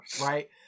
right